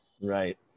Right